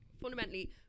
fundamentally